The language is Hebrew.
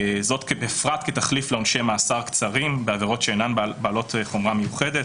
זאת בפרט כתחליף לעונשי מאסר קצרים בעבירות שאינן בעלות חומרה מיוחדת.